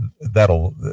that'll